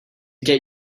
get